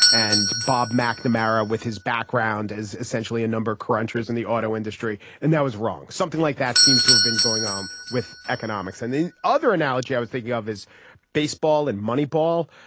and bob mcnamara with his background is essentially a number crunchers in the auto industry. and that was wrong. something like that seems to have been going on with economics and the other analogy i was thinking of is baseball and moneyball.